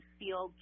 feel